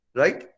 right